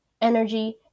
energy